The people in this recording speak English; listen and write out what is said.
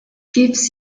gives